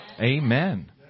Amen